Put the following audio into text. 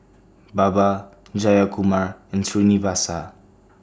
Baba Jayakumar and Srinivasa